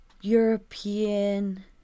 European